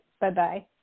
bye-bye